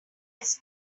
not